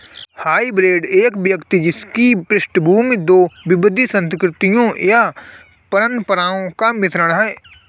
hybrid एक व्यक्ति जिसकी पृष्ठभूमि दो विविध संस्कृतियों या परंपराओं का मिश्रण है